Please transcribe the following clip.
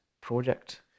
project